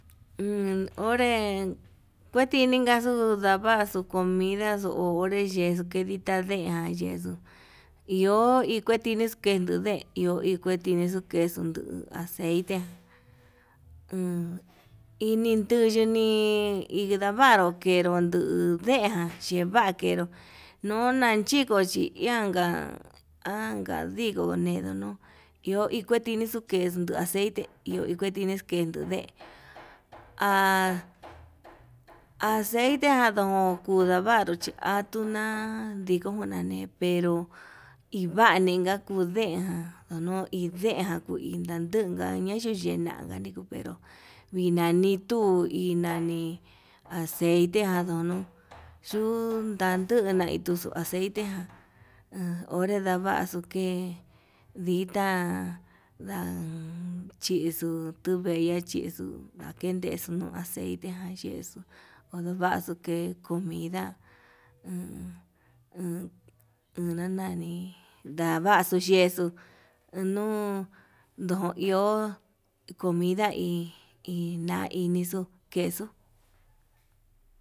Iin onré kutinaxu ndavaxu comidaxu ho onré yexuu kedita deen, jan yexuu hi iho kenduu deen iho iketinixu kexuu nduu aceite iin ni nuyuu nii, hi navaru kenduu nuu yeján keva'a yenró yo inka chi ianjan anka ndigo nego no'o, iho iketinu kuexu ha aceite kenu inu deen ha acete jan kuu ndavaru chí atuna ndekuna ne'e pero ivaninja kuu deen ján, unuu iin deen ján kuu inka kuu nda'a nayuyen kani pero kuinani tuu inani aceite jandono yundaduna aceite onre ndavaxu ke'e ditá nachixu tuveña yexuu ndaken texon aceite nayexu onduvaxu ke'e comida an an una nani, ndavaxuu yexuu anuu ndo iho comida hina inixu queso.